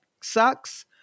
sucks